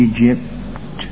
Egypt